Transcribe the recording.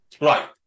Right